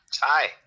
Hi